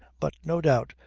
but no doubt,